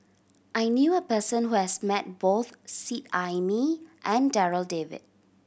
I knew a person who has met both Seet Ai Mee and Darryl David